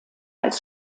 als